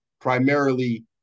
primarily